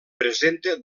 presenta